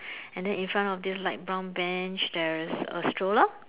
and then in front of this light brown bench there's a stroller